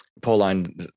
Pauline